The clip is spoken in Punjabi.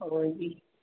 ਹੋਰ ਜੀ